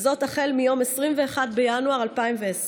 החל מיום 21 בינואר 2020,